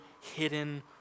hidden